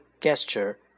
gesture